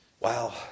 Wow